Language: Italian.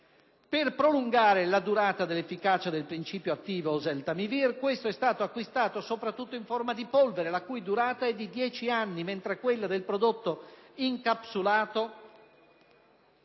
Per prolungare la durata dell'efficacia del principio attivo oseltamivir, questo è stato acquistato soprattutto in forma di polvere, la cui durata è di 10 anni (mentre quella del prodotto incapsulato